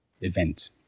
event